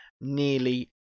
nearly